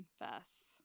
confess